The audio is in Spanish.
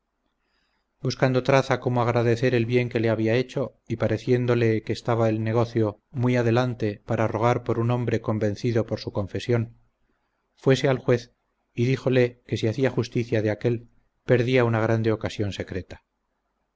buscando traza cómo agradecer el bien que le había hecho y pareciéndole que estaba el negocio muy adelante para rogar por un hombre convencido por su confesión fuese al juez y díjole que si hacía justicia de aquel perdía una grande ocasión secreta